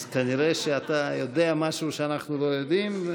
אז כנראה שאתה יודע משהו שאנחנו לא יודעים.